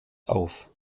auf